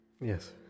Yes